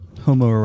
Homo